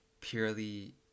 purely